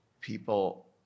people